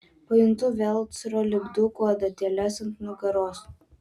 pajuntu velcro lipdukų adatėles ant nugaros